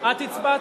את הצבעת?